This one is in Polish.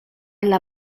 dla